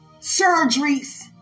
surgeries